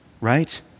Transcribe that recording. right